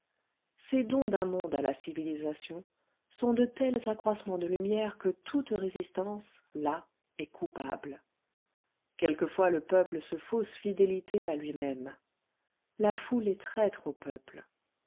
ces dons d'un monde à la civilisation sont de tels accroissements de lumière que toute résistance là est coupable quelquefois le peuple se fausse fidélité à lui-même la foule est traître au peuple